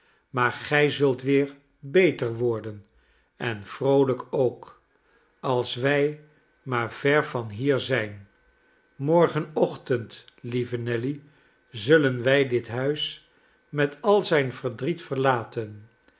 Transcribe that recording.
maar gij zult weer beter worden en vroolijk ook als wij maar ver van hier zijn morgenochtend lieve nelly zullen wij dithuis met al zijn verdriet verlaten